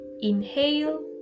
Inhale